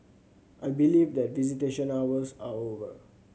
I believe that visitation hours are over